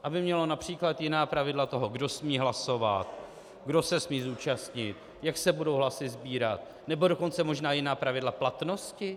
Aby mělo například jiná pravidla toho, kdo smí hlasovat, kdo se smí zúčastnit, jak se budou hlasy sbírat, nebo dokonce možná jiná pravidla platnosti?